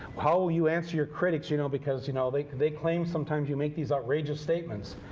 how will you answer your critics you know because you know they they claim sometimes you make these outrageous statements?